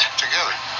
together